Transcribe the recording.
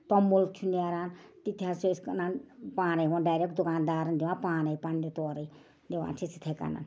توٚمُل چھُ نیران تہِ تہِ حظ چھُ کٕنان پانَے ہُمن ڈٮ۪رٮ۪ک دُکان دارن دِوان پانَے پنٛنہِ تورَے دِوان چھِس یِتھَے کٔنۍ